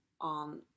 on